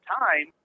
time